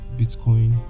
Bitcoin